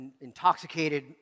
intoxicated